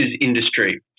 industry